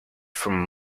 from